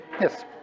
Yes